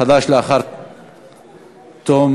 חדש לאחר תום